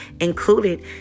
included